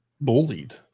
bullied